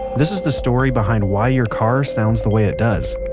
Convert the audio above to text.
this is the story behind why your car sounds the way it does